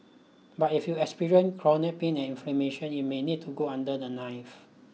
but if you experience chronic pain and inflammation you may need to go under the knife